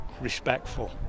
Respectful